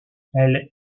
elle